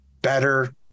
Better